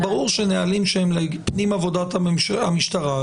--- אנחנו משתדלים לעבוד בשיטה שאחרי ארבעה-חמישה חודשים